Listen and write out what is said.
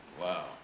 Wow